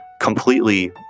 completely